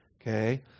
okay